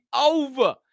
over